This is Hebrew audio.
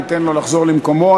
ניתן לו לחזור למקומו.